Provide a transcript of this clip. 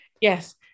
Yes